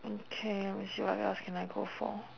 okay we see what else can I go for